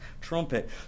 trumpet